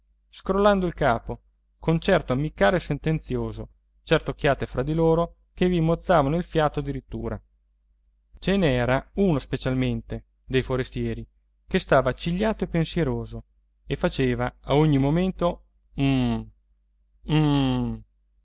malato scrollando il capo con certo ammiccare sentenzioso certe occhiate fra di loro che vi mozzavano il fiato addirittura ce n'era uno specialmente dei forestieri che stava accigliato e pensieroso e faceva a ogni momento uhm uhm